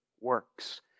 works